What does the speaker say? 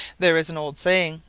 there is an old saying,